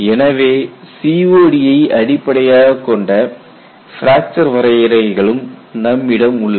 எனவே COD ஐ அடிப்படையாகக் கொண்ட பிராக்சர் வரையறைகளும் நம்மிடம் உள்ளன